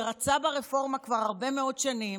שרצה ברפורמה כבר הרבה מאוד שנים,